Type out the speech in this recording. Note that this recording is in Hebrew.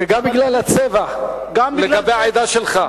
וגם בגלל הצבע, לגבי העדה שלך.